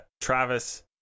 Travis